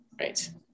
Right